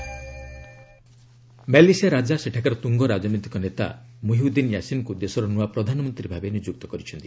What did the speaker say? Malaysia PM Malaysia ରାଜା ସେଠାକାର ତୁଙ୍ଗ ରାଜନୈତିକ ନେତା ମୁହିୟିଦ୍ଦିନ ୟାସିନ୍ଙ୍କୁ ଦେଶର ନୂଆ ପ୍ରଧାନମନ୍ତ୍ରୀ ଭାବେ ନିଯୁକ୍ତ କରିଛନ୍ତି